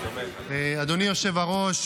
אדוני היושב-ראש,